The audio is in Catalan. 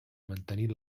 mantenir